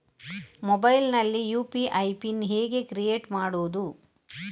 Mobile ನಲ್ಲಿ UPI PIN ಹೇಗೆ create ಮಾಡುವುದು?